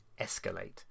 escalate